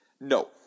No